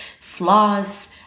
flaws